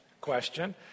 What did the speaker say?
question